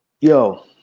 yo